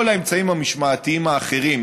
כל האמצעים המשמעתיים האחרים,